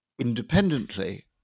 independently